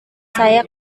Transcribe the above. saya